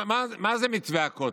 מה זה מתווה הכותל?